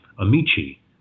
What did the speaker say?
amici